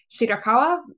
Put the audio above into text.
Shirakawa